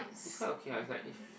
it's quite okay [what] it's like if